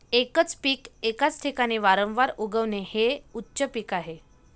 एकच पीक एकाच ठिकाणी वारंवार उगवणे हे उच्च पीक आहे